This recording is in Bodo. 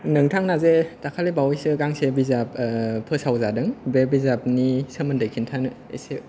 नोंथांना जे दाखालि बावैसो गांसे बिजाब फोसावजादों बे बिजाबनि सोमोन्दै खिन्थानो एसे